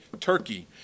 Turkey